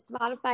Spotify